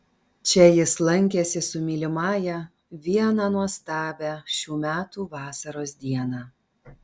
čia jis lankėsi su mylimąja vieną nuostabią šių metų vasaros dieną